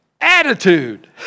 attitude